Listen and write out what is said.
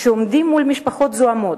שעומדים מול משפחות זועמות,